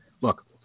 Look